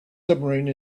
submarine